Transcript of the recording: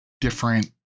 different